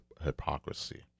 hypocrisy